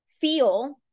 feel